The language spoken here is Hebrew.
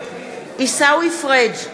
עיסאווי פריג'